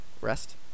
rest